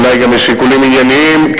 אולי גם משיקולים ענייניים,